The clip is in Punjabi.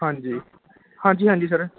ਹਾਂਜੀ ਹਾਂਜੀ ਹਾਂਜੀ ਸਰ